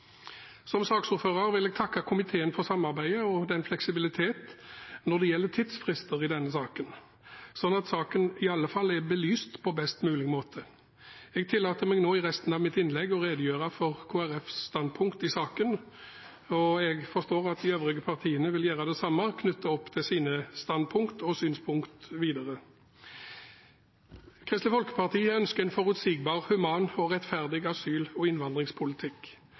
Som saksordfører vil jeg takke komiteen for samarbeidet og den fleksibilitet som er vist når det gjelder tidsfrister i denne saken, sånn at saken er belyst på best mulig måte. Jeg tillater meg i resten av mitt innlegg å redegjøre for Kristelig Folkepartis standpunkt i saken, og jeg forstår at de øvrige partiene vil gjøre det samme, knyttet til sine standpunkter og synspunkter. Kristelig Folkeparti ønsker en forutsigbar, human og rettferdig asyl- og innvandringspolitikk.